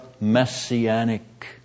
messianic